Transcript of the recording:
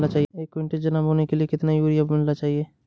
एक कुंटल चना बोने के लिए कितना यूरिया मिलाना चाहिये?